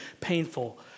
painful